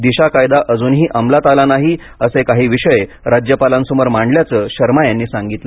दिशा कायदा अजूनही अमलात आला नाही असे काही विषय राज्यपालांसमोर मांडल्याचं शर्मा यांनी सांगितलं